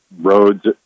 roads